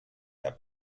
der